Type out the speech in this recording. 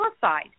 suicide